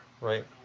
Right